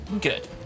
good